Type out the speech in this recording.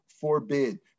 forbid